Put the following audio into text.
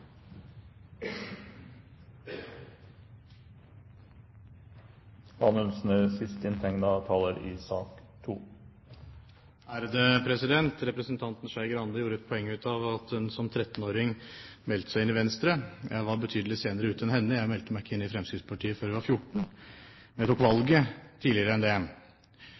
Representanten Skei Grande gjorde et poeng av at hun som 13-åring meldte seg inn i Venstre. Jeg var betydelig senere ute enn henne, jeg meldte meg ikke inn i Fremskrittspartiet før jeg var 14. Men jeg tok valget tidligere enn det.